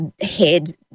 head